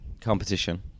competition